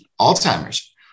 Alzheimer's